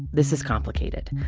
this is complicated.